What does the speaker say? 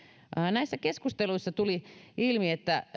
näissä keskusteluissa tuli ilmi että